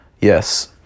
Yes